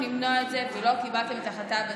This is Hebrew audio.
למנוע את זה ולא קיבלתם את ההחלטה בזמן.